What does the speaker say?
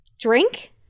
Drink